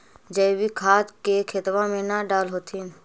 जैवीक खाद के खेतबा मे न डाल होथिं?